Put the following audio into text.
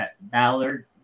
Ballard